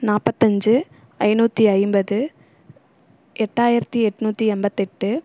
நாற்பத்தஞ்சு ஐநூற்றி அம்பது எட்டாயிரத்தி எட்நூற்றி எண்பத்தெட்டு